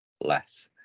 Less